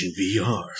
VR